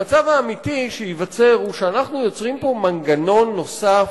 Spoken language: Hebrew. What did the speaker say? המצב האמיתי שייווצר הוא שאנחנו יוצרים פה מנגנון נוסף,